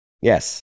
Yes